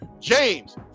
James